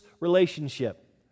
relationship